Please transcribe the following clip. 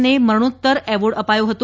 ને મરણોતર એવોર્ડ અપાયો હતો